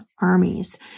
armies